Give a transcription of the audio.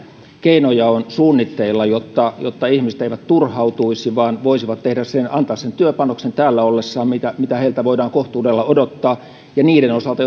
keinoja on suunnitteilla jotta jotta ihmiset eivät turhautuisi vaan voisivat antaa täällä ollessaan sen työpanoksen mitä heiltä voidaan kohtuudella odottaa niiden osalta